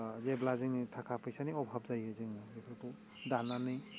जेब्ला जोंनि थाखाय फैसानि अभाब जायो जोङो बेफोरखौ दान्नानै